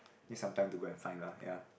need some time to go and find lah ya